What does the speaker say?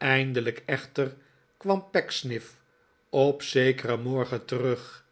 eindelijk echter kwam pecksniff op zekeren morgen terug